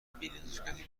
بینزاکتی